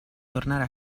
tornare